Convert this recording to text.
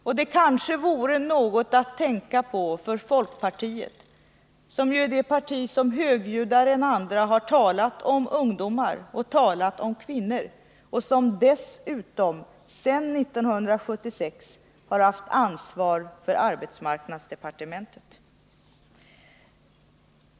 Och det kanske vore något att tänka på för folkpartiet, som ju är det parti som högljuddare än andra har talat om ungdomar och talat om kvinnor och som dessutom sedan 1976 har haft ansvar för arbetsmarknadsdepartementet.